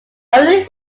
early